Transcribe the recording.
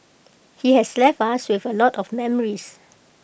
he has left us with A lot of memories